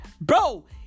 Bro